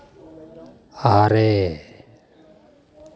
ᱟᱨᱮ